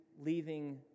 leaving